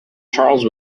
charles